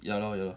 ya lor ya lor